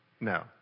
No